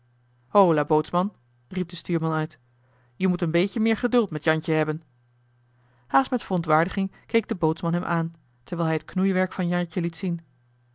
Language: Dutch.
hola bootsman riep de stuurman uit je moet een beetje meer geduld met jantje hebben haast met verontwaardiging keek de bootsman hem aan terwijl hij het knoeiwerk van jantje liet zien